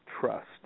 trust